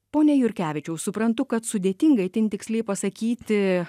pone jurkevičiau suprantu kad sudėtinga itin tiksliai pasakyti